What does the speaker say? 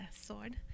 sword